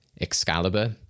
Excalibur